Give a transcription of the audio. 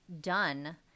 done